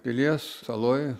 pilies saloj